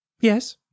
Yes